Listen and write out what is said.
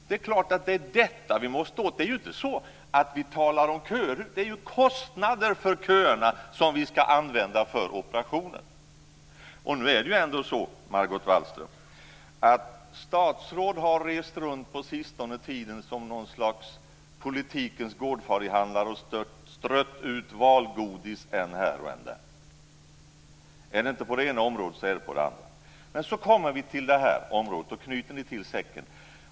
Det är klart att vi måste komma åt detta. Kostnaderna för köerna skall vi använda för operationer. Det är ändå så, Margot Wallström, att statsråd på sista tiden har rest runt som något slags gårdfarihandlare och strött ut valgodis än här och än där, på det ena området efter det andra. Men på det här området knyter ni till säcken.